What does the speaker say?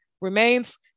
remains